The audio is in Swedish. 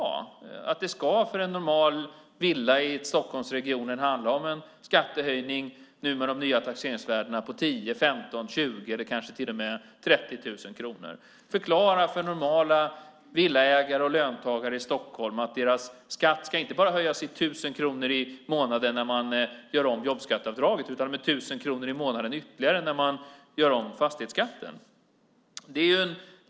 Varför inte säga att det med de nya taxeringsvärdena för en normal villa i Stockholmsregionen ska handla om en skattehöjning på 10 000, 15 000, 20 000 eller kanske till och med 30 000 kronor? Förklara för normala villaägare och löntagare i Stockholm att deras skatt ska inte bara höjas med tusen kronor i månaden när ni gör om jobbskatteavdraget, utan även med ytterligare tusen kronor i månaden när ni gör om fastighetsskatten!